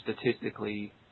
statistically